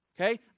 Okay